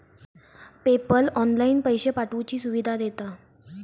PayPal online पैशे पाठवुची सुविधा देता